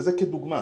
וזה כדוגמה,